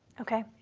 okay.